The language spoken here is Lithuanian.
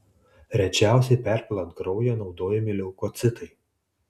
rečiausiai perpilant kraują naudojami leukocitai